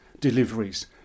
deliveries